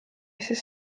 sest